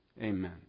amen